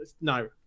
No